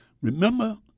Remember